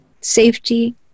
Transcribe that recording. safety